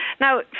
Now